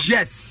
Yes